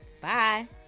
Bye